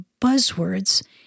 buzzwords